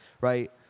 right